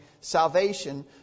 salvation